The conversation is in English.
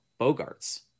Bogarts